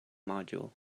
module